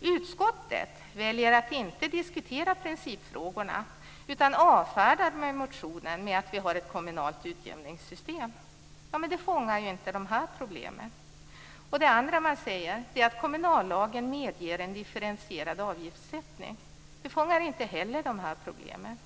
Utskottet väljer att inte diskutera principfrågorna utan avfärdar motionen med att vi har ett kommunalt utjämningssystem. Men det fångar inte upp de här problemen. Och man säger att kommunallagen medger en differentierad avgiftssättning. Det fångar inte heller de här problemen.